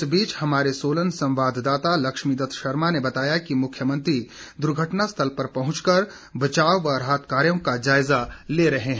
इस बीच हमारे सोलन संवाददाता लक्षमी दत्त शर्मा ने बताया कि मुख्यमंत्री दुर्घटना स्थल पर पहुंचकर बचाव व राहत कार्यों का जायजा ले रहे हैं